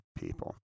people